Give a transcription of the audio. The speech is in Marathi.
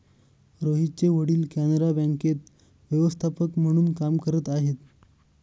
रोहितचे वडील कॅनरा बँकेत व्यवस्थापक म्हणून काम करत आहे